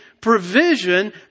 provision